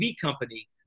company